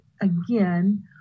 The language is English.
again